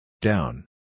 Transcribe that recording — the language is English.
Down